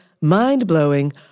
mind-blowing